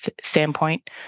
standpoint